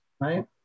right